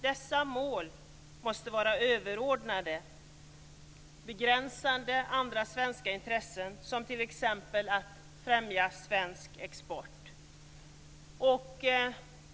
Dessa mål måste vara överordnade begränsande andra svenska intressen, som t.ex. att främja svensk export.